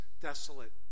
desolate